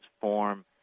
form